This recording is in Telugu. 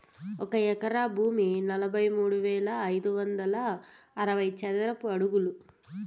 ఒక ఎకరా భూమి నలభై మూడు వేల ఐదు వందల అరవై చదరపు అడుగులు